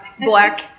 black